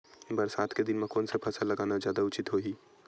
बरसात के दिन म कोन से फसल लगाना जादा उचित होही?